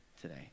today